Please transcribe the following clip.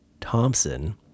thompson